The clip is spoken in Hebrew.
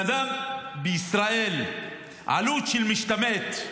בישראל עלות של משתמט,